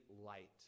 light